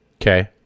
Okay